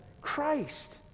Christ